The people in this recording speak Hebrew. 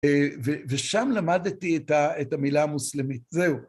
ושם למדתי את המילה המוסלמית. זהו.